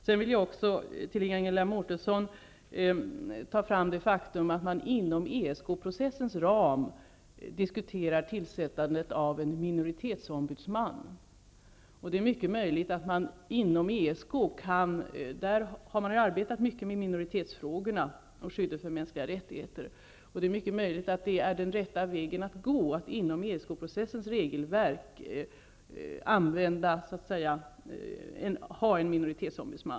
Jag vill för Ingela Mårtensson peka på det faktum att det inom ESK-processens ram diskuteras ett tillsättande av en minoritetsombudsman. Man har inom ESK arbetat mycket med minoritetsfrågor och skyddet för mänskliga rättigheter. Det är mycket möjligt att den rätta vägen att gå är att inom EKS-processens regelverk ha en minoritetsombudsman.